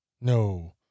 no